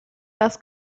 das